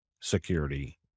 security